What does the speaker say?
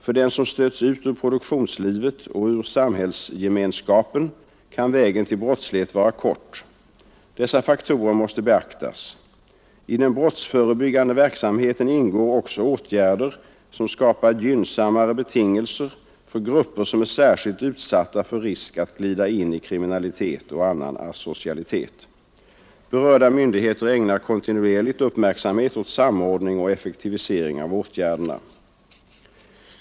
För den som stöts ut ur produktionslivet och ur samhällsgemenskapen kan vägen till brottslighet vara kort. Dessa faktorer måste beaktas. I den brottsförebyggande verksamheten ingår också åtgärder som skapar gynnsammare betingelser för grupper som är särskilt utsatta för risk att glida in i kriminalitet och annan asocialitet. Berörda myndigheter ägnar kontinuerligt uppmärksamhet åt samordning och effektivisering av åtgärderna.